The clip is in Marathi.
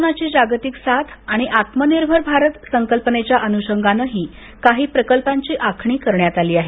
कोरोनाची जागतिक साथ आणि आत्मनिर्भर भारत संकल्पनेच्या अनुषंगानं काही प्रकल्पांची आखणी करण्यात आली आहे